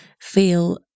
feel